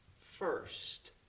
first